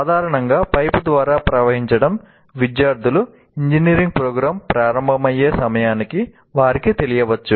సాధారణంగా పైపు ద్వారా ప్రవహించటం విద్యార్థులు ఇంజనీరింగ్ ప్రోగ్రామ్ ప్రారంభమయ్యే సమయానికి వారికి తెలియవచ్చు